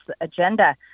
agenda